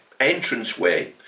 entranceway